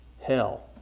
hell